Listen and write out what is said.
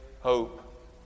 hope